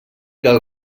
del